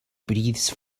breathes